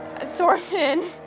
Thorfinn